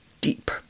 deep